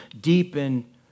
deepen